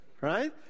right